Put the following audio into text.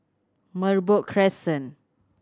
Merbok Crescent